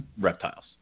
reptiles